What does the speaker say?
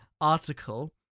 article